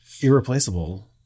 irreplaceable